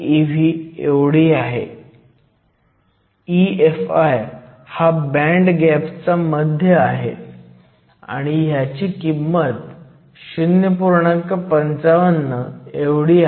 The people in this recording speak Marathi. फर्मी लेव्हलची स्थिती n बाजूवरील मेजॉरिटी कॅरियर्सच्या कॉन्सन्ट्रेशनशी संबंधित आहे ते p बाजूवरील तुमचे डोनर आहेत ते एक्सेप्टर आहेत